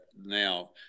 now